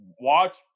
watch –